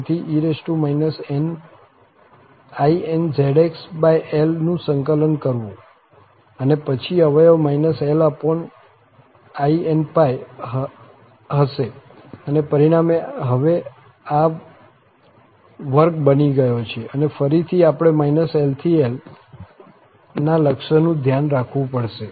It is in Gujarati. તેથી e inzx1નું સંકલન કરવું અને પછી અવયવ linπ હશે અને પરિણામે આ હવે વર્ગ બની ગયો છે અને ફરીથી આપણે l to l ના લક્ષનું ધ્યાન રાખવું પડશે